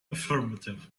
affirmative